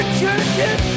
churches